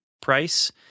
price